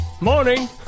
Morning